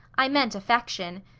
i meant affection.